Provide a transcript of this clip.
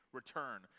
return